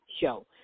show